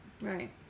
Right